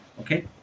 okay